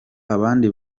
abandi